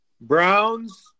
Browns